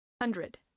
hundred